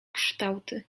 kształty